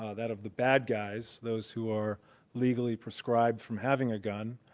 ah that of the bad guys, those who are legally prescribed from having a gun,